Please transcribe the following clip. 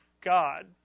God